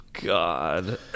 god